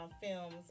films